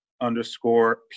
underscore